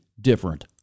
different